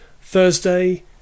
Thursday